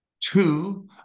Two